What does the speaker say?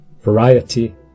variety